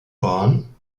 bahn